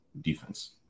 defense